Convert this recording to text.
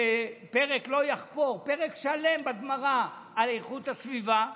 בגמרא, פרק לא יחפור, על איכות הסביבה.